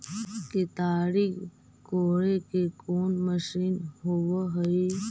केताड़ी कोड़े के कोन मशीन होब हइ?